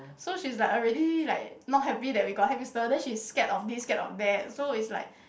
so she's like already like not happy that we got hamster then she's scared of this scared of that so it's like